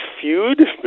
feud